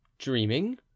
Dreaming